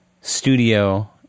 studio